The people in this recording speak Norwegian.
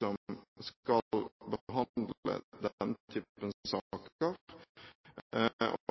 som skal behandle denne typen saker.